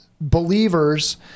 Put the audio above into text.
believers